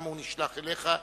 הוא נשלח אליך,